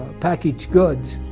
packaged goods,